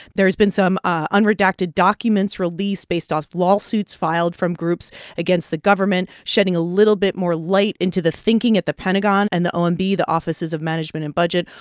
there has been some unredacted documents released based off lawsuits filed from groups against the government shedding a little bit more light into the thinking at the pentagon and the omb, the offices of management and budget,